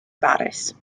baris